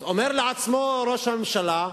אז אומר לעצמו ראש הממשלה: